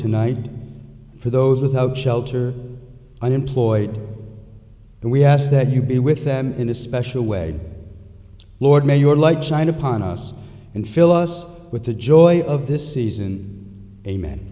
tonight for those without shelter and employed and we ask that you be with them in a special way lord may your light shine upon us and fill us with the joy of this season amen